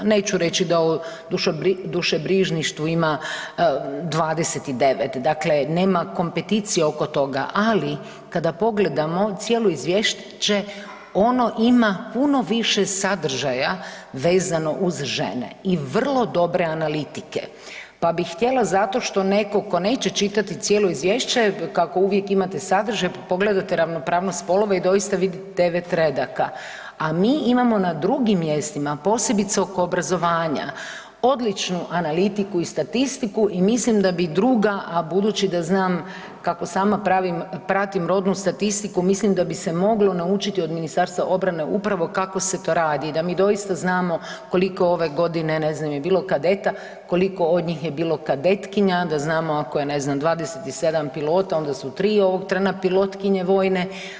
Neću reći da o dušebrižništvu ima 29, dakle, nema kompeticije oko toga, ali kada pogledamo cijelo izvješće ono ima puno više sadržaja vezano uz žene i vrlo dobre analitike, pa bi htjela zato što neko ko neće čitati cijelo izvješće kako uvijek imate sadržaj, pa pogledate ravnopravnost spolova i doista vidi 9 redaka, a mi imamo na drugim mjestima, posebice oko obrazovanja, odličnu analitiku i statistiku i mislim da bi druga, a budući da znam kako sama pravim, pratim rodnu statistiku, mislim da bi se moglo naučiti od Ministarstva obrane upravo kako se to radi, da mi doista znamo koliko ove godine ne znam je bilo kadeta, koliko od njih je bilo kadetkinja, da znamo ako je ne znam 27 pilota onda su 3 ovog trena pilotkinje vojne.